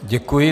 Děkuji.